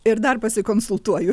ir dar pasikonsultuoju